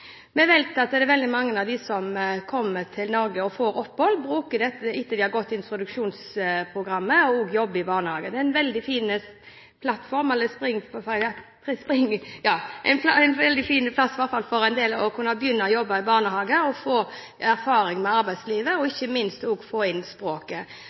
Vi vet at veldig mange av dem som kommer til Norge og får opphold, som – etter at de har gått gjennom introduksjonsprogrammet – jobber i barnehage. Det er et veldig fint springbrett for en del å kunne begynne å jobbe i barnehage og få erfaring med arbeidslivet og ikke minst også få inn språket.